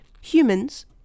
Humans